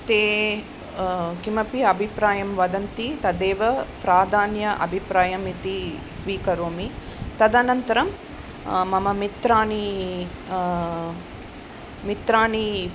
ते किमपि अभिप्रायं वदन्ति तदेव प्रधानम् अभिप्रायम् इति स्वीकरोमि तदनन्तरं मम मित्रानी मित्राणि